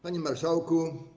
Panie Marszałku!